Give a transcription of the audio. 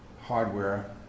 hardware